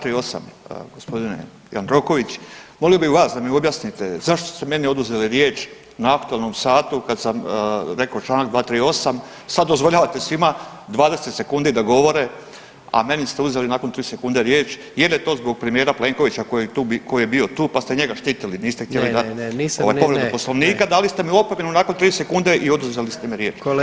238., gospodine Jandroković, molio bi vas da mi objasnite zašto ste meni oduzeli riječ na aktualnom satu kad sam rekao Članak 238., sad dozvoljavate svima 20 sekundi da govore, a meni ste uzeli nakon 3 sekunde riječ, jel je to zbog premijera Plenkovića koji je tu, koji je bio tu pa ste njega štitili niste htjeli dat ovaj povredu Poslovnika [[Upadica: Ne, ne, ne, nisam, ne.]] dali ste mi opomenu nakon 3 sekunde i oduzeli ste mi riječ.